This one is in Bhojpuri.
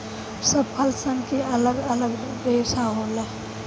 सब फल सन मे अलग अलग रेसा होला